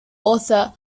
author